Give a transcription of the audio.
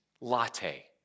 latte